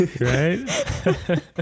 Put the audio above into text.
Right